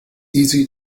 easy